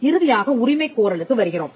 இறுதியாக உரிமைக் கோரலுக்கு வருகிறோம்